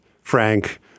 Frank